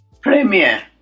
premier